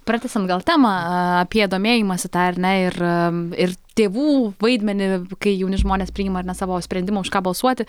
pratęsiam temą a apie domėjimąsi tą ar ne ir ir tėvų vaidmenį kai jauni žmonės priima ar ne savo sprendimą už ką balsuoti